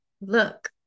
look